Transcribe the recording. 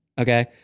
Okay